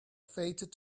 faded